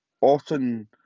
often